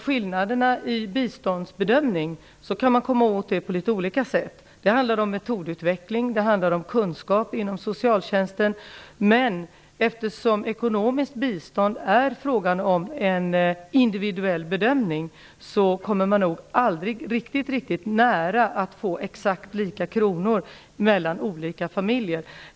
Skillnaderna i biståndsbedömning kan man komma åt på litet olika sätt. Det handlar om metodutveckling, det handlar om kunskap inom socialtjänsten. Men eftersom ekonomiskt bistånd innebär en individuell bedömning kommer man nog aldrig riktigt nära att få antalet kronor exakt lika mellan olika familjer.